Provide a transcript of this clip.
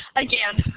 again,